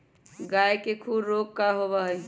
गाय के खुर रोग का होबा हई?